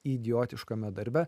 idiotiškame darbe